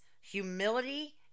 humility